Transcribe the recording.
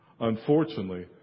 Unfortunately